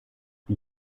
die